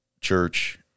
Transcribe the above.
church